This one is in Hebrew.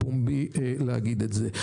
הפומבי להגיד את זה,